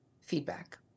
feedback